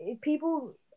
people